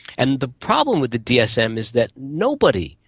and the problem with the dsm is that nobody,